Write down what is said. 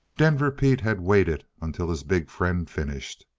denver pete had waited until his big friend finished.